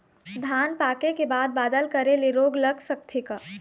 धान पाके के बाद बादल करे ले रोग लग सकथे का?